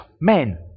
men